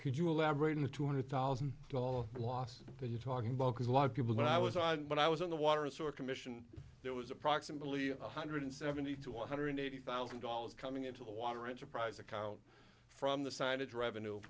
could you elaborate on the two hundred thousand dollar loss that you're talking about because a lot of people when i was on when i was in the water sort commission there was approximately one hundred seventy to one hundred eighty thousand dollars coming into the water enterprise account from the signage revenue